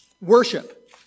worship